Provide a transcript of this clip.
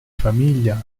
famiglia